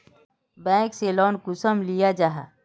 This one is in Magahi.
बैंक से लोन कुंसम लिया जाहा?